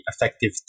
effective